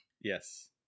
Yes